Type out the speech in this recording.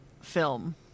film